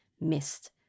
missed